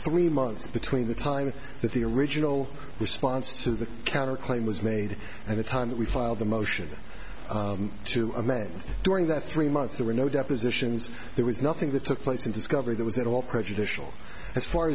three months between the time that the original response to the counter claim was made and the time that we filed the motion to amend during that three months there were no depositions there was nothing that took place in discovery that was at all prejudicial as far